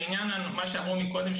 לעניין מה שאמרו קודם,